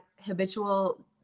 habitual